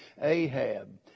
Ahab